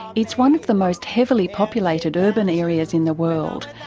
it's one of the most heavily populated urban areas in the world,